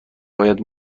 باید